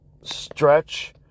stretch